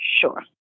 sure